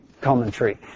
commentary